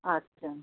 আচ্ছা